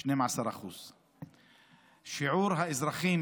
12%. שיעור האזרחים